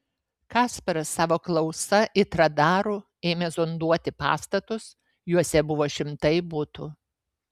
kasparas savo klausa it radaru ėmė zonduoti pastatus juose buvo šimtai butų